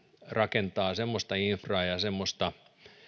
rakentaa semmoista infraa ja semmoista